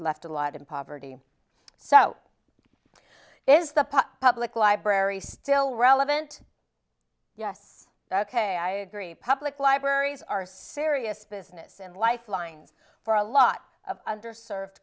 left a lot in poverty so is the public library still relevant yes ok i agree public libraries are serious business and life lines for a lot of underserved